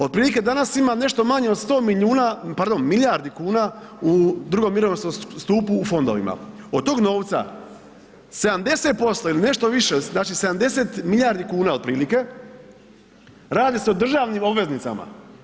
Otprilike danas ima nešto manje od 100 milijardi kuna u drugom mirovinskom stupu u fondovima, od tog novca 70% ili nešto više znači 70 milijardi kuna otprilike radi se o državnim obveznicama.